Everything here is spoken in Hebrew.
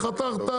קרפור.